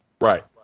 Right